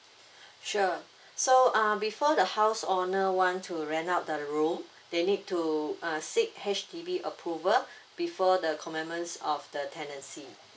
sure so uh before the house owner want to rent out the room they need to uh seek H_D_B approval before the commencement of the tenancy